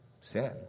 sin